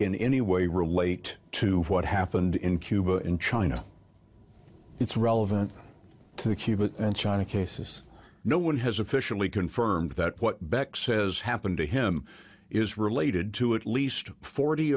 in any way relate to what happened in cuba in china it's relevant to the cuba and china cases no one has officially confirmed that what beck says happened to him is related to at least forty